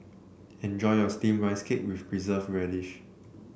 enjoy your steamed Rice Cake with Preserved Radish